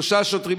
שלושה שוטרים,